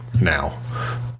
now